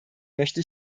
möchte